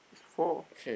it's four